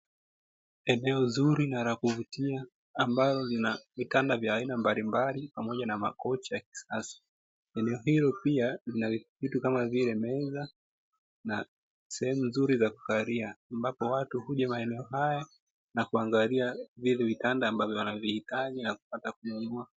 Eneo zuri nalakuvutia ambalo lina vitanda vya aina mbalimbali, pamoja na makochi eneo hilo pia lina vitu kama vile meza na sehemu nzuri za kukalia, ambapo watu huja maeneo haya nakuangalia vile vitanda ambavyo wanavihitaji nakupata kununua.